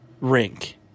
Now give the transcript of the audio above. rink